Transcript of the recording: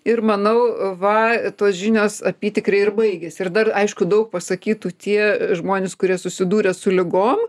ir manau va tos žinios apytikriai ir baigiasi ir dar aišku daug pasakytų tie žmonės kurie susidūrė su ligom